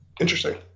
Interesting